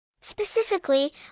Specifically